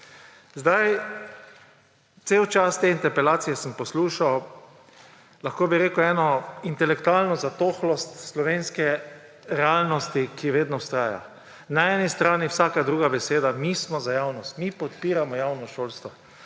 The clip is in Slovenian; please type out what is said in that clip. Cel čas te interpelacije sem poslušal, lahko bi rekel, eno intelektualno zatohlost slovenske realnosti, ki vedno vztraja. Na eni strani vsaka druga beseda »mi smo za javnost«, »mi podpiramo javno šolstvo«.